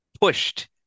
pushed